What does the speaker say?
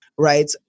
Right